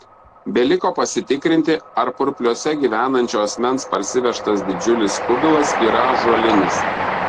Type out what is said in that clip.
beliko pasitikrinti ar purpliuose gyvenančio asmens parsivežtas didžiulis kubilas yra ąžuolinis